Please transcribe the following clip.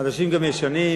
חדשים גם ישנים,